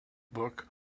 book